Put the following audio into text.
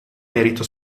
merito